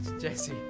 Jesse